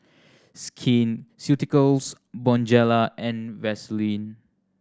Skin Ceuticals Bonjela and Vaselin